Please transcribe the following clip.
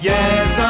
Yes